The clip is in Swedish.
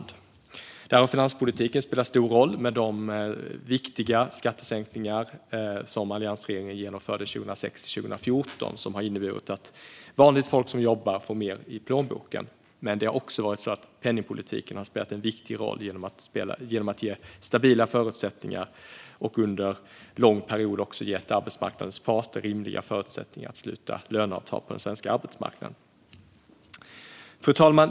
Där har finanspolitiken spelat en stor roll, med de viktiga skattesänkningar som alliansregeringen genomförde 2006-2014, som har inneburit att vanligt folk som jobbar får mer i plånboken. Men det har också varit så att penningpolitiken har spelat en viktig roll genom att ge stabila förutsättningar. Under en lång period har den också gett arbetsmarknadens parter rimliga förutsättningar att sluta löneavtal på den svenska arbetsmarknaden. Fru talman!